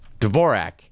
Dvorak